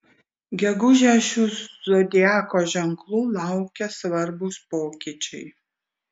gegužę šių zodiako ženklų laukia svarbūs pokyčiai